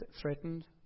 threatened